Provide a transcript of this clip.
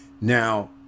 Now